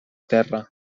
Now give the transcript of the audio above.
terra